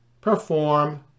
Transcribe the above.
perform